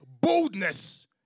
boldness